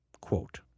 Quote